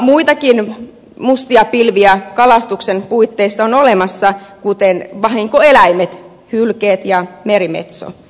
muitakin mustia pilviä kalastuksen puitteissa on olemassa kuten vahinkoeläimet hylkeet ja merimetso